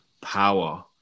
power